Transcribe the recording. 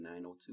902